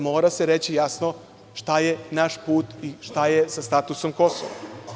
Mora se reći jasno šta je naš put i šta je sa statusom Kosova.